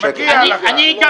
אני אומר